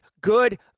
good